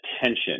attention